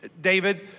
David